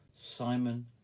simon